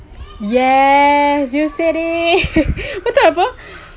yes you said it betul apa